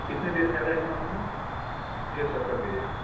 کتنے دیر میں آ جائے گا ہمارا کھانا یس سر کر دیجیے